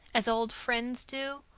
as old friends do,